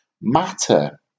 matter